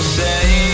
say